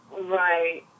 Right